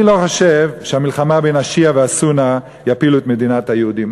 אני לא חושב שהמלחמה בין השיעה והסונה תפיל את מדינת היהודים.